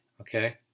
Okay